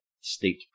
state